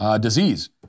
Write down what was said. disease